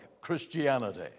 Christianity